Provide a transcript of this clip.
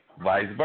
vice